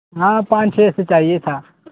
ہاں پانچ چھ ایسے چاہیے تھا